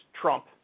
Trump